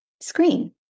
screen